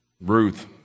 Ruth